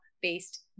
based